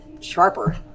sharper